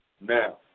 now